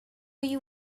you